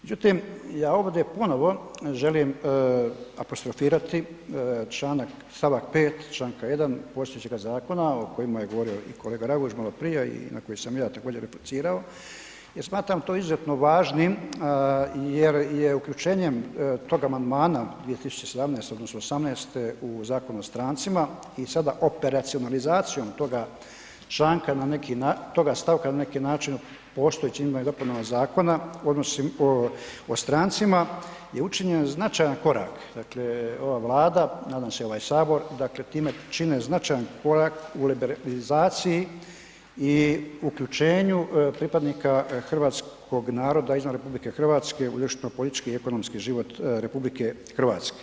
Međutim, ja ovdje ponovo želim apostrofirati čl., st. 5. čl. 1. postojećega zakona o kojemu je govorio i kolega Raguž maloprije i na koje sam ja također replicirao, jer smatram to izuzetno važnim jer je uključenjem toga amandmana 2017. odnosno '18. u Zakon o strancima i sada operacionalizacijom toga članka na neki način, toga stavka na neki način postojećim izmjenama i dopunama Zakona o strancima je učinjen značajan korak, dakle ova Vlada, nadam se i ovaj sabor, dakle time čine značajan korak u liberalizaciji i uključenju pripadnika hrvatskog naroda izvan RH u … [[Govornik se ne razumije]] politički i ekonomski život RH.